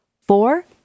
Four